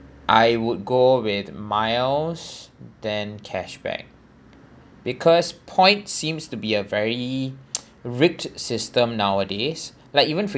I would go with miles then cashback because point seems to be a very rigged system nowadays like even